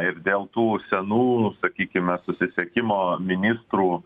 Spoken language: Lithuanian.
ir dėl tų senų sakykime susisiekimo ministrų